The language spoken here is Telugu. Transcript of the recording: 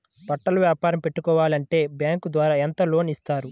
బట్టలు వ్యాపారం పెట్టుకోవాలి అంటే బ్యాంకు ద్వారా ఎంత లోన్ ఇస్తారు?